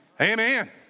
Amen